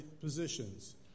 positions